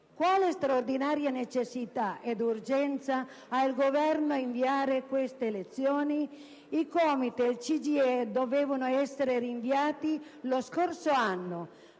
Quale straordinaria necessità e urgenza ha il Governo a rinviare queste elezioni? I COMITES e il CGIE dovevano essere rinnovati lo scorso anno,